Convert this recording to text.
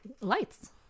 Lights